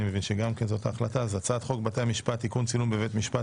הצעת חוק בתי המשפט (תיקון צילום בבית המשפט),